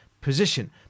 position